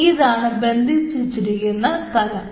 ഇതാണ് ബന്ധിച്ചിരിക്കുന്ന സ്ഥലം